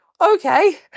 okay